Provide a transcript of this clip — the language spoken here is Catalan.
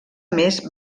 més